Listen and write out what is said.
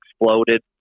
exploded